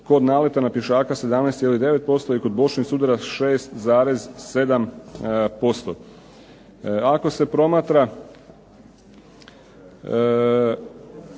kod naleta na pješaka 17,9% i kod bočnih sudara 6,7%. Ako se promatra